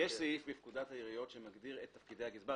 יש סעיף בפקודת העיריות שמגדיר את תפקידי הגזבר.